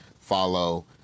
follow